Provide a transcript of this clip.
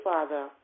Father